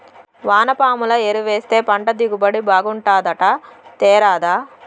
వానపాముల ఎరువేస్తే పంట దిగుబడి బాగుంటాదట తేరాదా